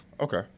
Okay